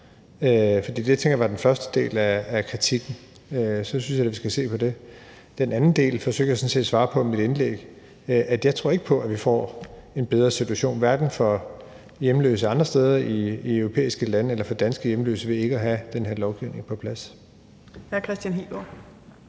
For det tænker jeg var den første del af kritikken. Og så synes jeg da, vi skal se på det. Den anden del forsøgte jeg sådan set at svare på i mit indlæg: Jeg tror ikke på, at vi får en bedre situation, hverken for hjemløse andre steder i europæiske lande eller for danske hjemløse, ved ikke at have den her lovgivning på plads. Kl. 15:32 Fjerde